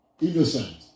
Innocent